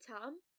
Tom